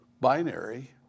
binary